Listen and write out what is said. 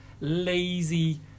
lazy